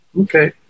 Okay